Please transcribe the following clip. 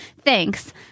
Thanks